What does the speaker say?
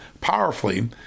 powerfully